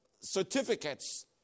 certificates